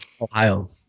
Ohio